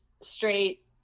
straight